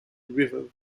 river